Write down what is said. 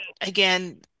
again